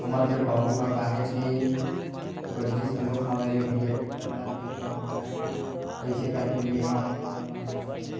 हमर घर बाबू ह काहेच के बरजिस घलोक हवय रे भइया टेक्टर ल लेय बर मैय ह कइसे करके लेय हव तेन ल मैय ह जानहूँ